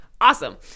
awesome